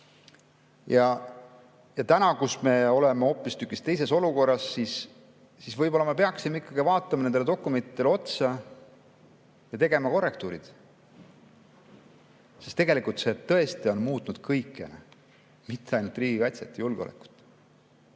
Täna, kui me oleme hoopistükkis teises olukorras, me võib-olla peaksime ikkagi vaatama nendele dokumentidele otsa ja tegema korrektuurid. Tegelikult on see tõesti muutnud kõike, mitte ainult riigikaitset ja julgeolekut.